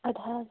اَدٕ حظ